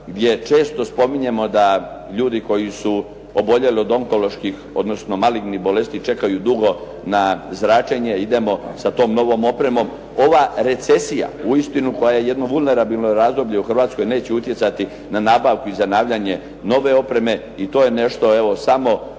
gdje često spominjemo da ljudi koji su oboljeli od onkoloških, odnosno malignih bolesti čekaju dugo na zračenje, idemo sa tom novom opremom. Ova recesija uistinu koja je jedno vulnerabilno razdoblje u Hrvatskoj neće utjecati na nabavku i zanavljanje nove opreme i to je nešto, evo